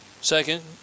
Second